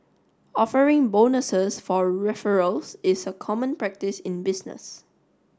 offering bonuses for referrals is a common practice in business